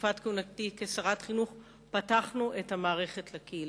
בתקופת כהונתי כשרת החינוך פתחנו את המערכת לקהילה.